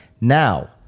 Now